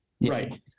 right